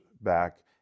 back